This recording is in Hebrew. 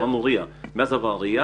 אמרנו RIA. מאז עברה RIA